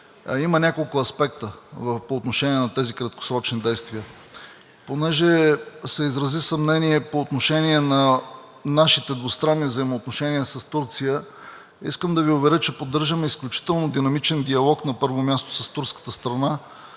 има няколко аспекта по отношение на тези краткосрочни действия. Понеже се изрази съмнение по отношение на нашите двустранни взаимоотношения с Турция, искам да Ви уверя, че поддържаме изключително динамичен диалог на първо място с турската страна,